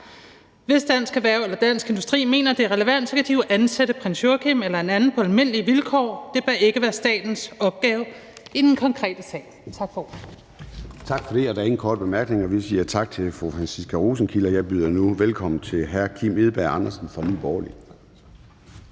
Hvis Dansk Erhverv eller Dansk Industri mener, det er relevant, kan de jo ansætte prins Joachim eller en anden på almindelige vilkår. Det bør ikke være statens opgave i den konkrete sag. Tak for ordet. Kl. 13:21 Formanden (Søren Gade): Der er ingen korte bemærkninger, så vi siger tak til fru Franciska Rosenkilde. Og jeg byder nu velkommen til hr. Kim Edberg Andersen fra Nye Borgerlige.